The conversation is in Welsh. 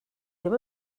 ddim